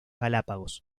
galápagos